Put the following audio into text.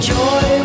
joy